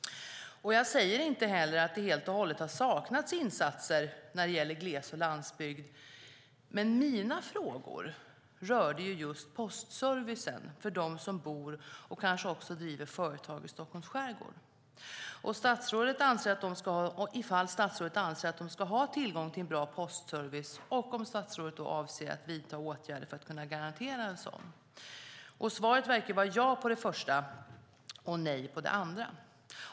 Jag säger inte heller att det helt och hållet har saknats insatser när det gäller gles och landsbygd, men mina frågor rörde just postservicen för dem som bor och kanske också driver företag i Stockholms skärgård, om statsrådet anser att de ska ha tillgång till en bra postservice och om statsrådet avser att vidta åtgärder för att garantera en sådan. Svaret verkar vara ja på det första och nej på det andra.